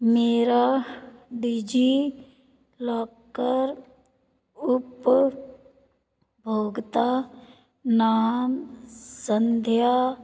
ਮੇਰਾ DigiLocker ਉਪਭੋਗਤਾ ਨਾਮ ਸੰਧਿਆ